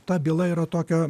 ta byla yra tokio